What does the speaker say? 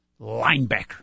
Linebacker